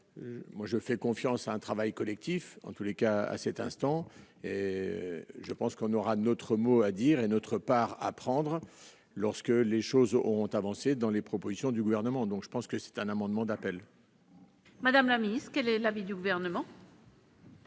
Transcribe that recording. je fais confiance à un travail collectif, en tous les cas à cet instant, je pense qu'on aura notre mot à dire et notre part prendre lorsque les choses ont avancé dans les propositions du gouvernement, donc je pense que c'est un amendement d'appel. Madame la mise, quel est l'avis du gouvernement.